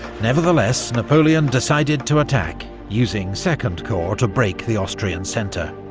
nevertheless, napoleon decided to attack, using second corps to break the austrian centre,